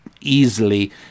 easily